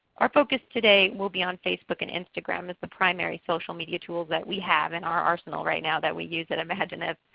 our focus today will be on facebook and instagram as the primary social media tools that we have in our arsenal right now that we use at imagineif.